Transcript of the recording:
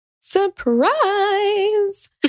Surprise